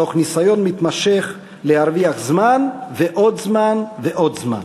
תוך ניסיון מתמשך להרוויח זמן ועוד זמן ועוד זמן.